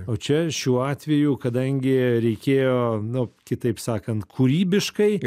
o čia šiuo atveju kadangi reikėjo nu kitaip sakant kūrybiškai